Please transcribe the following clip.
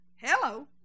hello